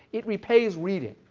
it repays reading.